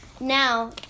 now